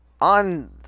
on